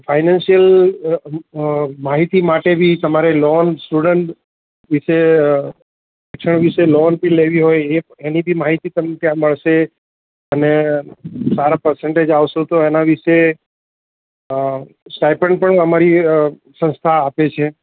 financial માહિતી માટે બી તમારે લોન સ્ટુડન્ટ વિશે શિક્ષણ વિશે લોન બી લેવી હોય એની બી માહિતી તમને ત્યાં મળશે અને સારા પર્સેંટેજ આવશો તો એના વિશે સ્ટાયપન પણ અમારી સંસ્થા આપે છે